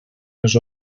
les